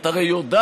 את הרי יודעת